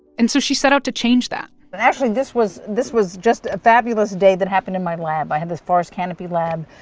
and so she set out to change that but actually, this was this was just a fabulous day that happened in my lab. i had this forest canopy lab.